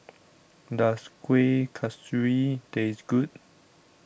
Does Kueh Kasturi Taste Good